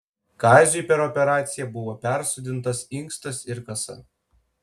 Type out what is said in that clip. kaziui per operaciją buvo persodintas inkstas ir kasa